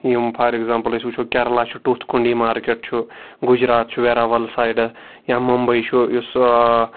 یِم for example أسۍ وٕچھو کیرلا چھُ ٹُتھ کُنڈی مارکٮ۪ٹ چھُ گُجرات چھُ ویٚراوَل سایڈٕ یا موٚمبے چھُ یُس